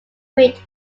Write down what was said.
crete